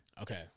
Okay